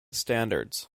standards